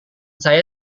saya